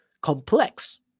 complex